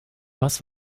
was